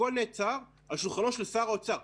הכול נעצר על שולחנו של שר האוצר.